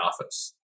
office